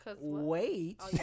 Wait